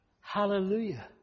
Hallelujah